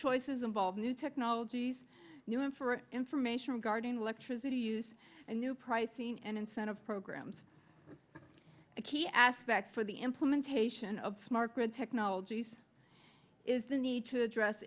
choices involve new technologies new and for information regarding electricity use and new pricing and incentive programs a key aspect for the implementation of smart grid technologies is the need to address